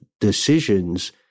decisions